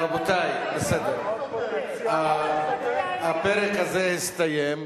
רבותי, הפרק הזה הסתיים.